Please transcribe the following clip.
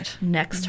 Next